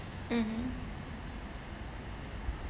mmhmm